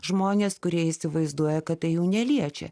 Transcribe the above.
žmonės kurie įsivaizduoja kad tai jų neliečia